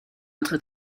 autre